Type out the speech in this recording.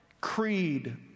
creed